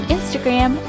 Instagram